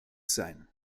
sein